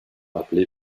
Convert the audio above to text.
appelé